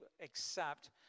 accept